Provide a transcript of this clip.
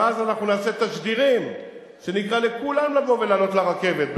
ואז אנחנו נעשה תשדירים ונקרא לכולם לבוא ולעלות לרכבת,